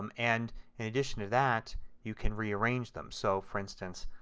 um and in addition to that you can rearrange them. so, for instance,